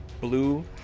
blue